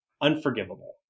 unforgivable